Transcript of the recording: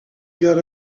got